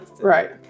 Right